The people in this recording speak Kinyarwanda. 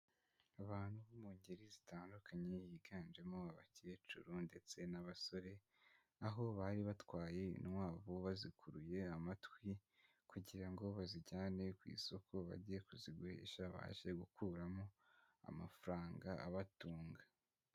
Abantu bo mu ngeri zitandukanye higanjemo abakecuru ndetse n'abasore, aho bari batwaye intwavu bazikuruye amatwi kugira ngo bazijyane ku isoko bajye kuzigurisha babashe gukuramo amafaranga abatunga.